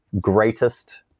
greatest